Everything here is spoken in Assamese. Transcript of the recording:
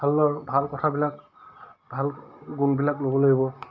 ভালৰ ভাল কথাবিলাক ভাল গুণবিলাক ল'ব লাগিব